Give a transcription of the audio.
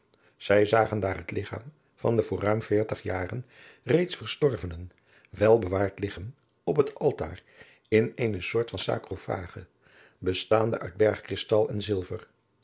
zij zagen daar het ljgchaam van den voor ruim veertig jaren reeds verstorvenen wel bewaard liggen op het altaar in eene soort van sarcophage bestaande uit bergkristal en zilver